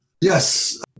Yes